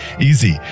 Easy